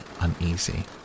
uneasy